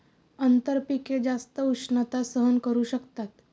आंतरपिके जास्त उष्णता सहन करू शकतात